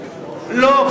לא,